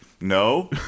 no